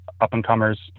up-and-comers